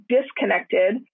disconnected